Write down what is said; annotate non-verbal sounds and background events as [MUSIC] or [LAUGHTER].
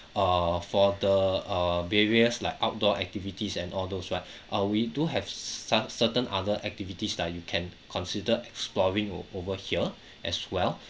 uh for the uh various like outdoor activities and all those right [BREATH] uh we do have sa~ certain other activities like you can consider exploring o~ over here as well